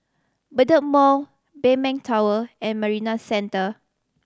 Bedok Mall Maybank Tower and Marina Centre